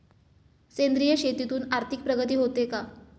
सेंद्रिय शेतीतून आर्थिक प्रगती होते का?